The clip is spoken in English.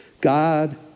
God